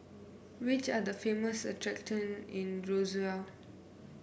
which are the famous attraction in Roseau